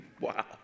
Wow